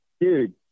dude